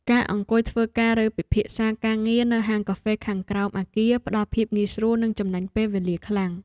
ការអង្គុយធ្វើការឬពិភាក្សាការងារនៅហាងកាហ្វេខាងក្រោមអគារផ្តល់ភាពងាយស្រួលនិងចំណេញពេលវេលាខ្លាំង។